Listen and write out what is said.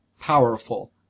powerful